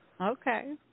Okay